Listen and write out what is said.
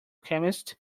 chemist